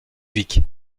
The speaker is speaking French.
dhuicq